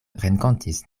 renkontis